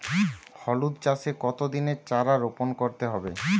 হলুদ চাষে কত দিনের চারা রোপন করতে হবে?